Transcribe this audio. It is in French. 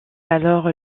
alors